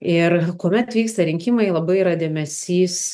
ir kuomet vyksta rinkimai labai yra dėmesys